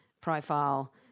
profile